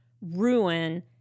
ruin